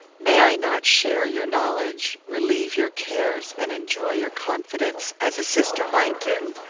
may i not share your knowledge, relieve your cares, and enjoy your confidence, as a sister might do?